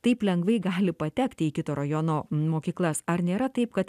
taip lengvai gali patekti į kito rajono mokyklas ar nėra taip kad